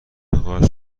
قارچ